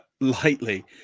lightly